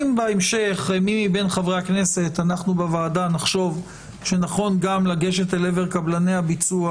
אם בהמשך נחשוב בוועדה שנכון גם לגשת אל עבר קבלני הביצוע